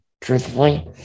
truthfully